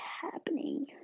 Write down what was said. happening